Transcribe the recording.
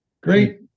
Great